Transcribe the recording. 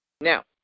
Now